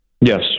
Yes